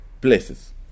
places